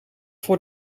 voor